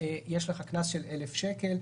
מוטל עליו קנס של 1,000 ש"ח.